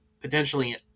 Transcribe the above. potentially